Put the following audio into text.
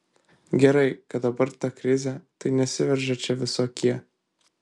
gerai kad dabar ta krizė tai nesiveržia čia visokie